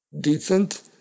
decent